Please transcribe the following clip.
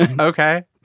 Okay